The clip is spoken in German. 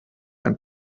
ein